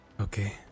Okay